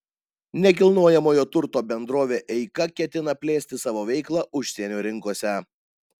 nekilnojamojo turto bendrovė eika ketina plėsti savo veiklą užsienio rinkose